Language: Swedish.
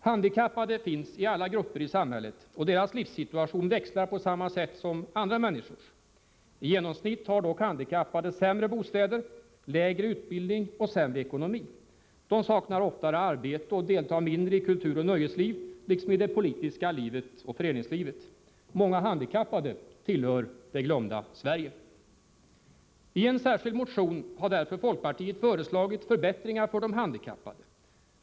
Handikappade finns i alla grupper i samhället, och deras livssituation växlar på samma sätt som andra människors. I genomsnitt har dock handikappade sämre bostäder, lägre utbildning och sämre ekonomi. De saknar oftare arbete och deltar mindre i kulturoch nöjesliv liksom i det politiska livet och föreningslivet. Många handikappade tillhör ”det glömda Sverige”. I en särskild motion har därför folkpartiet föreslagit förbättringar för de handikappade.